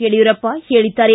ಯಡಿಯೂರಪ್ಪ ಹೇಳಿದ್ದಾರೆ